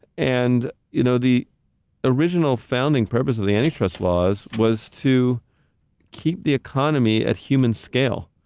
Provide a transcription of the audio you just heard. and you know, the original founding purpose of the anti-trust laws was to keep the economy at human scale.